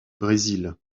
brésil